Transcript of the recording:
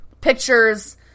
Pictures